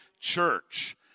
church